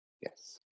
Yes